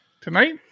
tonight